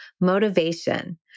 motivation